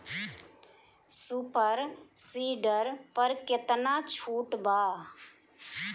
Super seeder पर केतना छूट बा?